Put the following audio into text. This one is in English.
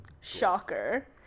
Shocker